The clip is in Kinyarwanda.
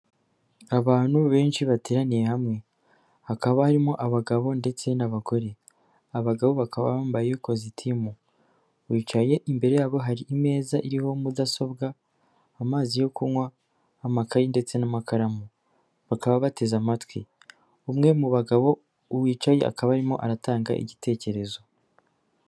Abantu benshi bateraniye hamwe, hakaba harimo abagabo ndetse n'abagore. Abagabo bakaba bambaye ikositimu, bicaye imbere yabo hari meza iriho mudasobwa, amazi yo kunywa, amakaye ndetse n'amakaramu. Bakaba bateze amatwi umwe mu bagabo wicaye, akaba arimo atanga igitekerezo.